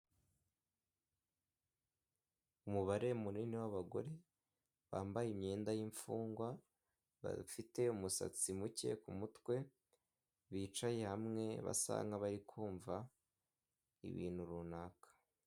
Umubare munini w'abagore, bambaye imyenda yimfungwa, bafite umusatsi muke ku mutwe, bicaye hamwe basa nk'abari kumva ibintu runaka.